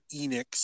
Enix